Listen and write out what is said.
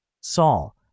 Saul